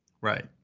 Right